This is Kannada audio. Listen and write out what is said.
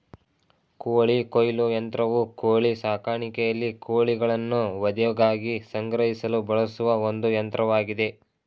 ಕೋಳಿ ಕೊಯ್ಲು ಯಂತ್ರವು ಕೋಳಿ ಸಾಕಾಣಿಕೆಯಲ್ಲಿ ಕೋಳಿಗಳನ್ನು ವಧೆಗಾಗಿ ಸಂಗ್ರಹಿಸಲು ಬಳಸುವ ಒಂದು ಯಂತ್ರವಾಗಿದೆ